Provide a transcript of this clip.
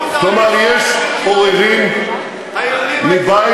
הבעיה היא עקרונית, הבעיה היא היהודים מול הערבים.